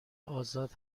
آزاد